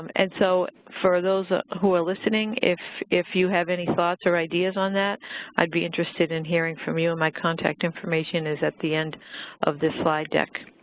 and so for those who are listening if if you have any thoughts or ideas on that i'd be interested in hearing from you. my contact information is at the end of this slide deck.